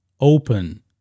open